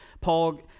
Paul